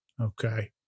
okay